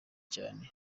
cyane